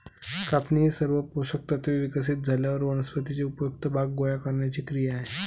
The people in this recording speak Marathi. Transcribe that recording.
कापणी ही सर्व पोषक तत्त्वे विकसित झाल्यावर वनस्पतीचे उपयुक्त भाग गोळा करण्याची क्रिया आहे